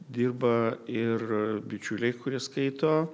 dirba ir bičiuliai kurie skaito